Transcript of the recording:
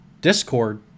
discord